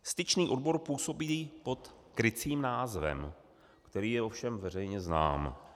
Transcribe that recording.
Styčný odbor působí pod krycím názvem, který je ovšem veřejně znám.